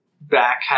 Back